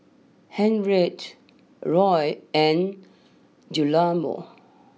Henriette Loy and Guillermo